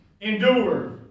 endure